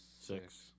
Six